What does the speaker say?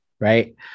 right